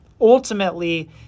ultimately